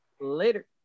Later